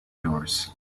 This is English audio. yours